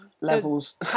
Levels